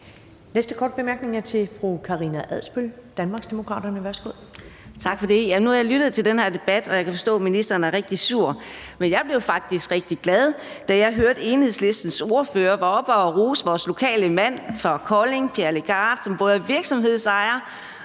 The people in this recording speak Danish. næste korte bemærkning er til fru Karina Adsbøl, Danmarksdemokraterne. Værsgo.